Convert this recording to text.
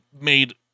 made